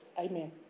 Amen